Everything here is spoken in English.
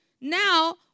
Now